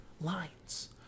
lines